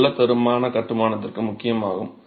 நல்ல தரமான கட்டுமானத்திற்கு முக்கியமாகும்